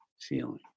feeling